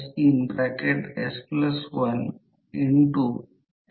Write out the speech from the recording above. दोन पॅरलेलमध्ये आहेत म्हणून R2 R3 R2 R3